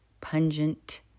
pungent